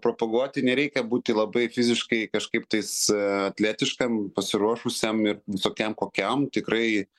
propaguoti nereikia būti labai fiziškai kažkaiptais atletiškam pasiruošusiam ir visokiam kokiam tikrai